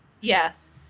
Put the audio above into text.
Yes